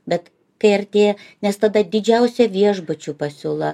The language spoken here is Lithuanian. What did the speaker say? bet kai artėja nes tada didžiausia viešbučių pasiūla